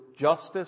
justice